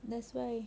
that's why